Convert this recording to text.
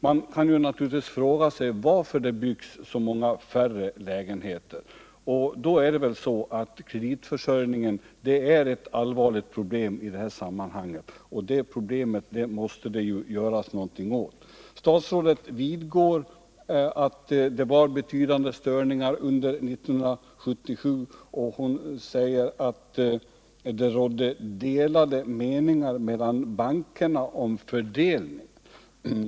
Man kan naturligtvis fråga sig varför det byggs färre lägenheter än tidigare. Det är väl på det sättet att kreditförsörjningen är ett allvarligt problem i detta sammanhang, och det problemet måste det göras någonting åt. Statsrådet vidgår att det var betydande störningar under 1977, och hon säger att ”det rådde delade meningar mellan bankerna om fördelningen”.